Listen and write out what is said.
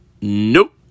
nope